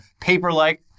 paper-like